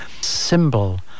symbol